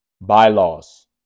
bylaws